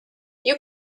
you